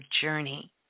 journey